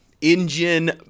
engine